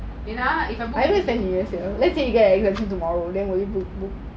என்ன:enna if I go